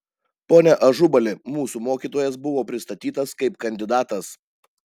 pone ažubali mūsų mokytojas buvo pristatytas kaip kandidatas